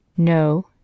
No